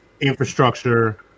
infrastructure